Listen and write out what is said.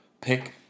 pick